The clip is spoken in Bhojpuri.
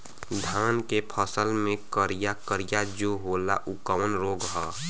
धान के फसल मे करिया करिया जो होला ऊ कवन रोग ह?